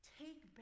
take